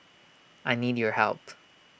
I need your help